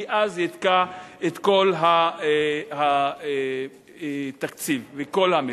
כי אז יתקע את כל התקציב לכל המשק.